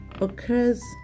occurs